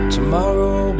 Tomorrow